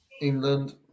England